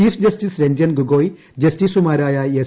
chief justice Ranjan Gogoi ജസ്റ്റീസുമാരായ S